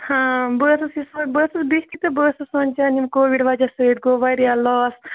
ہاں بہٕ ٲسٕس یژھان بہٕ ٲسٕس بِہتھٕے تہٕ بہٕ ٲسٕس سونٛچان ییٚمہِ کووِڑ وَجہ سۭتۍ گوٚو واریاہ لاس